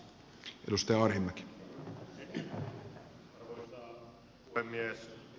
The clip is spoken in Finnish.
arvoisa puhemies